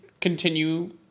continue